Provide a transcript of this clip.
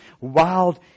wild